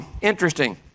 interesting